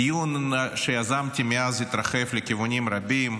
הדיון שיזמתי, מאז התרחב לכיוונים רבים: